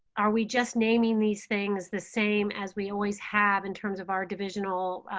are we just naming these things the same as we always have in terms of our divisional